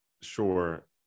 Sure